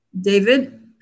David